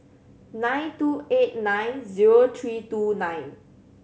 nine two eight nine zero three two nine